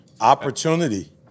opportunity